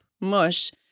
mush